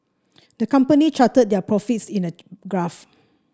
the company charted their profits in a graph